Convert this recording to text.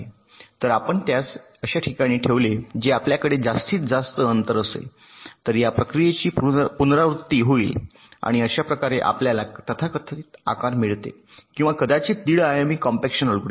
तर आपण त्यास अशा ठिकाणी ठेवले जे आपल्याकडे जास्तीत जास्त अंतर असेल तर या प्रक्रियेची पुनरावृत्ती होईल आणि अशा प्रकारे आपल्याला तथाकथित आकार मिळते किंवा कदाचित दीड आयामी कॉम्पॅक्शन अल्गोरिदम